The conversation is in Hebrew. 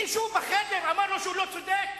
מישהו בחדר אמר לו שהוא לא צודק?